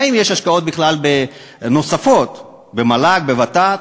האם יש השקעות נוספות במל"ג, בוות"ת,